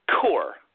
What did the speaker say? core